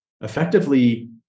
effectively